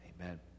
Amen